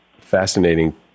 fascinating